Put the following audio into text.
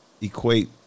Equate